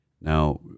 Now